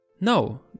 No